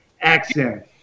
accent